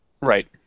Right